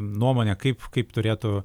nuomonę kaip kaip turėtų